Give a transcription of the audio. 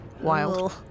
Wild